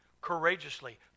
courageously